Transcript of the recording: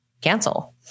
cancel